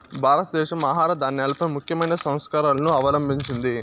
భారతదేశం ఆహార ధాన్యాలపై ముఖ్యమైన సంస్కరణలను అవలంభించింది